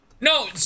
No